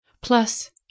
Plus